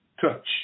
touch